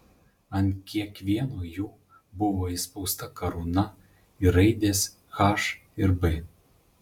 ant kiekvieno jų buvo įspausta karūna ir raidės h ir b